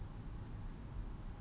um 如果